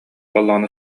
буоллаҕына